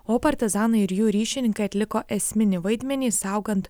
o partizanai ir jų ryšininkai atliko esminį vaidmenį saugant